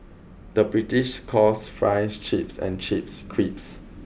the British calls fries chips and chips crisps